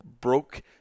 broke –